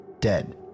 dead